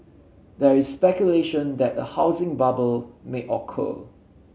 there is speculation that a housing bubble may occur